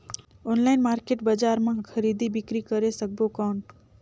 Online market बजार मां खरीदी बीकरी करे सकबो कौन?